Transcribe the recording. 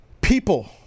People